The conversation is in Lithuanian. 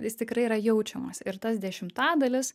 jis tikrai yra jaučiamas ir tas dešimtadalis